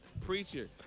Preacher